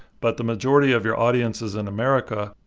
but the majority of your audience is in america,